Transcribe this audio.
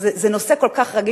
זה נושא כל כך רגיש